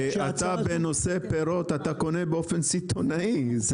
אתה בנושא פירות אתה קונה באופן סיטונאי?